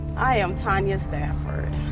i am tanya stafford.